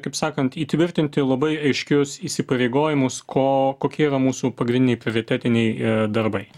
kaip sakant įtvirtinti labai aiškius įsipareigojimus ko kokie yra mūsų pagrindiniai prioritetiniai darbai